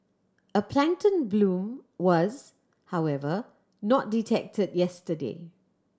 a plankton bloom was however not detected yesterday